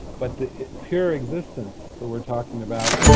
but the pure existence that we're talking about,